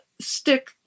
stick